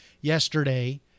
yesterday